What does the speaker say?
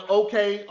okay